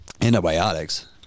Antibiotics